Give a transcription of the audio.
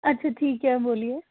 अच्छा ठीक ऐ बोलिये